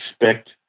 expect